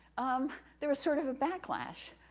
um, there was sort of a backlash,